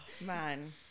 Man